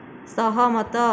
ସହମତ